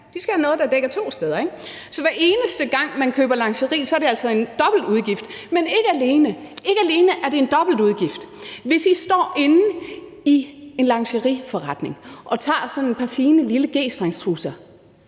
skal have noget, der dækker to steder? Så hver eneste gang man køber lingeri, er det altså en dobbeltudgift, men ikke alene er det en dobbeltudgift. Hvis I står inde i en lingeriforretning og tager sådan et par fine små g-strengstrusser,